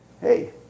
hey